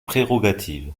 prérogatives